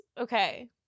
Okay